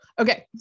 Okay